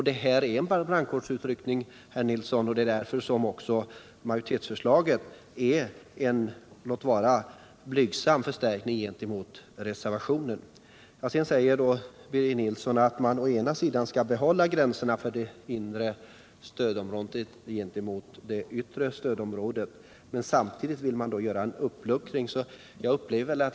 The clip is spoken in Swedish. Det här är en brandkårsutryckning, säger Birger Nilsson, Javisst, det är därför majoritetsförslaget går på en — låt vara blygsam — förstärkning gentemot reservationen. Birger Nilsson menar att man skall behålla gränserna för det inre stödområdet gentemot det yttre, men samtidigt vill han göra en uppluckring.